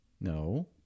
No